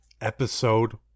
Episode